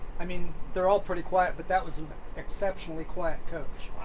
i mean, they're all pretty quiet, but that was an exceptionally quiet coach.